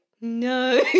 no